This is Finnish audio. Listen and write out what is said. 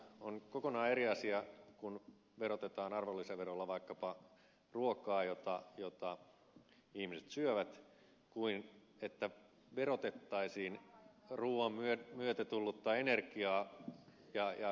on kokonaan eri asia kun verotetaan arvonlisäverolla vaikkapa ruokaa jota ihmiset syövät kuin että verotettaisiin ruuan myötä tullutta energiaa ja verenkiertoa